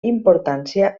importància